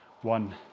one